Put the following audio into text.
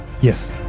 yes